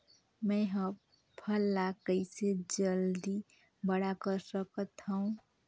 मैं ह फल ला कइसे जल्दी बड़ा कर सकत हव?